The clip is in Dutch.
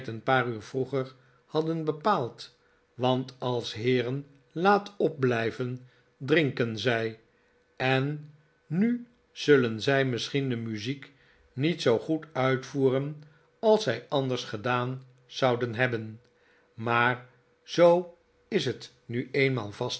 een paar uur vroeger hadden bepaald want als heeren laat opblijven drinken zij en nu zullen zij misschien de muziek niet zoo goed uitvoeren als zij anders gedaan zouden hebben maar zoo is het nu eenmaal vastgesteld